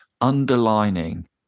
underlining